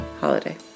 holiday